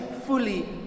fully